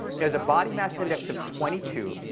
he has a body mass index of twenty two.